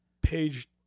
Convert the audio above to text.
page